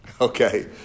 Okay